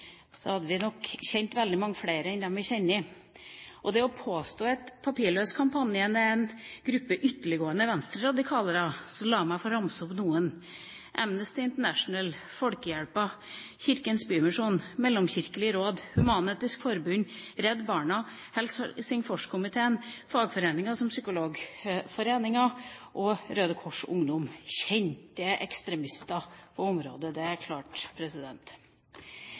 så mange, hadde vi nok kjent veldig mange flere enn de vi kjenner. Det påstås at papirløskampanjen er en gruppe ytterliggående venstreradikalere, så la meg få ramse opp noen: Amnesty International, Norsk Folkehjelp, Kirkens Bymisjon. Mellomkirkelig råd, Human-Etisk Forbund, Redd Barna, Helsingforskomiteen, fagforeninger som Psykologforeningen og Røde Kors Ungdom – kjente ekstremister på området, det er klart!